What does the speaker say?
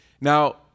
Now